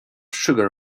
sugar